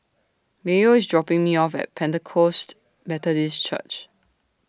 Mayo IS dropping Me off At Pentecost Methodist Church